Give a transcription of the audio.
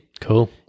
Cool